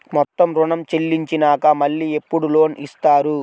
మొత్తం ఋణం చెల్లించినాక మళ్ళీ ఎప్పుడు లోన్ ఇస్తారు?